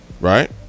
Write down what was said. right